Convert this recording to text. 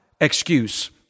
excuse